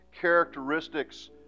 characteristics